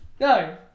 No